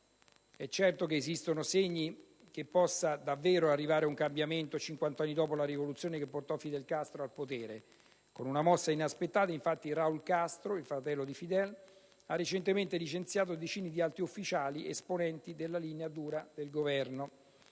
è certo che esistono segni che possa davvero arrivare un cambiamento cinquant'anni dopo la rivoluzione che portò Fidel Castro al potere. Con una mossa inaspettata, infatti, Raul Castro, fratello di Fidel, ha recentemente licenziato decine di alti ufficiali, esponenti della linea dura del Governo.